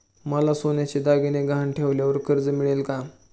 मला सोन्याचे दागिने गहाण ठेवल्यावर कर्ज मिळेल का?